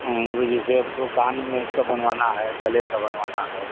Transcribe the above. मूर जैसे हमको कान ऊन में का बनवाना है गले का बनवाना है